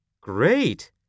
Great